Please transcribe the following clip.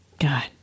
God